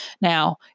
Now